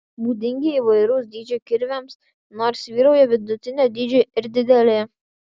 būdingi įvairaus dydžio kirviams nors vyrauja vidutinio dydžio ir dideli